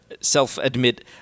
Self-admit